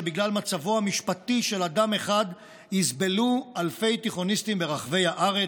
שבגלל מצבו המשפטי של אדם אחד יסבלו אלפי תיכוניסטים ברחבי הארץ?